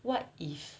what if